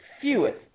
fewest